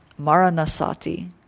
Maranasati